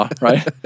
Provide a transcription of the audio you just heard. right